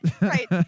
Right